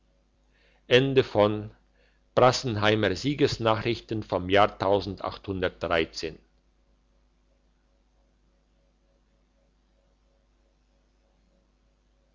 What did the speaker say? brassenheimer siegesnachrichten vom jahre